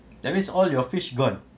that means all your fish gone